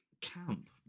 camp